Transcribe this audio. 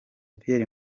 pierre